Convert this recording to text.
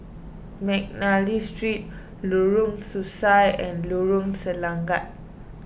McNally Street Lorong Sesuai and Lorong Selangat